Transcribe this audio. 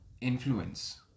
influence